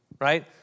right